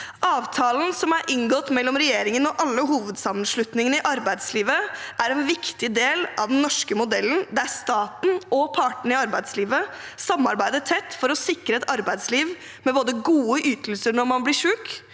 Avtalen som er inngått mellom regjeringen og alle hovedsammenslutningene i arbeidslivet, er en viktig del av den norske modellen, der staten og partene i arbeidslivet samarbeider tett for å sikre et arbeidsliv med både gode ytelser når man blir syk,